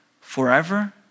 forever